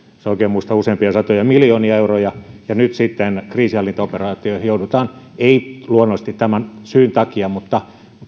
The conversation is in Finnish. jos oikein muistan useita satoja miljoonia euroja ja nyt sitten kriisinhallintaoperaatioihin joudutaan ei luonnollisesti tämän syyn takia mutta